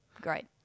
Great